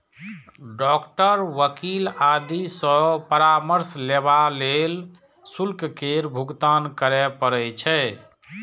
doctor, वकील आदि सं परामर्श लेबा लेल शुल्क केर भुगतान करय पड़ै छै